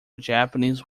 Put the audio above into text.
japanese